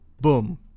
boom